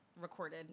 recorded